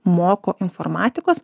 moko informatikos